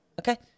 okay